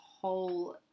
whole